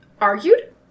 argued